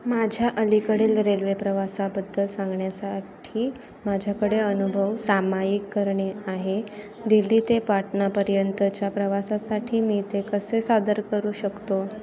माझ्या अलीकडील रेल्वे प्रवासाबद्दल सांगण्यासाठी माझ्याकडे अनुभव सामायिक करणे आहे दिल्ली ते पाटणापर्यंतच्या प्रवासासाठी मी ते कसे सादर करू शकतो